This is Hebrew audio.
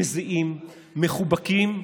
מזיעים, מחובקים,